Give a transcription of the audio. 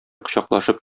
кочаклашып